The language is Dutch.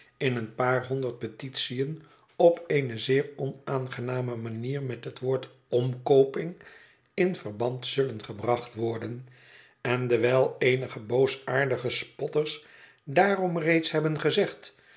in een paar honderd petitiën op eene zeer onaangename manier met het woord omkooping in verband zullen gebracht worden en dewijl eenige boosaardige spotters daarom reeds hebben gezegd